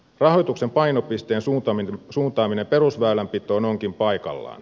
rahoituksen painopisteen suuntaaminen perusväylänpitoon onkin paikallaan